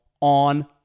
on